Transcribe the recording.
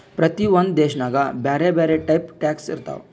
ಪ್ರತಿ ಒಂದ್ ದೇಶನಾಗ್ ಬ್ಯಾರೆ ಬ್ಯಾರೆ ಟೈಪ್ ಟ್ಯಾಕ್ಸ್ ಇರ್ತಾವ್